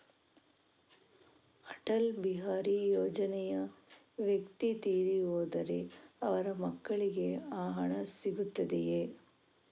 ಅಟಲ್ ಬಿಹಾರಿ ಯೋಜನೆಯ ವ್ಯಕ್ತಿ ತೀರಿ ಹೋದರೆ ಅವರ ಮಕ್ಕಳಿಗೆ ಆ ಹಣ ಸಿಗುತ್ತದೆಯೇ?